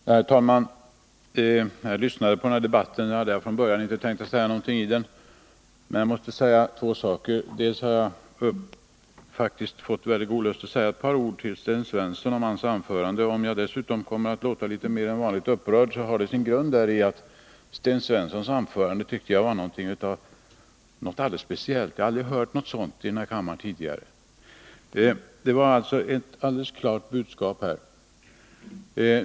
Herr talman! Jag hade från början inte tänkt säga något i denna debatt, men sedan jag lyssnat på den måste jag säga två saker. Till att börja med har jag faktiskt fått väldigt god lust att säga ett par ord till Sten Svensson med anledning av hans anförande. Om jag dessutom kommer att låta litet mer upprörd än vanligt, har det sin grund däri att jag tycker att Sten Svenssons anförande var någonting alldeles speciellt. Jag har aldrig hört något sådant i denna kammare tidigare. Det var ett helt klart budskap.